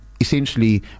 essentially